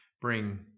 bring